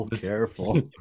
careful